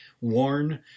worn